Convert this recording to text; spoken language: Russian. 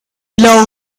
для